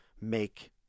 make